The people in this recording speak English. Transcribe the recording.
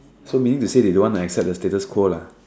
so meaning to say they don't want to accept the status quo lah